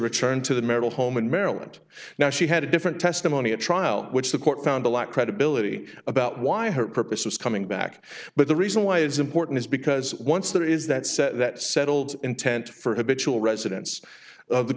return to the marital home in maryland now she had a different testimony at trial which the court found a lack credibility about why her purpose was coming back but the reason why it is important is because once there is that set that settled intent for habitual residence of the